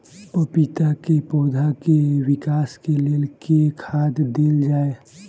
पपीता केँ पौधा केँ विकास केँ लेल केँ खाद देल जाए?